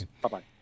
Bye-bye